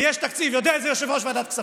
ויש תקציב, יודע את זה יושב-ראש ועדת הכספים.